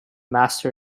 master